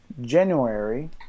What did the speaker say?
January